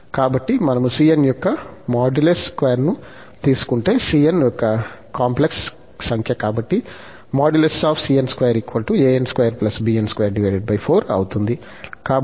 కాబట్టి మనము cn యొక్క మాడ్యులస్ స్క్వేర్ను తీసుకుంటే cn ఒక కాంప్లెక్స్ సంఖ్య కాబట్టి | cn |2 అవుతుంది